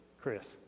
Chris